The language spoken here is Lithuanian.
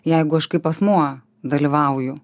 jeigu aš kaip asmuo dalyvauju